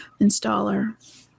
installer